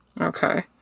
Okay